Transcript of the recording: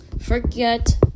forget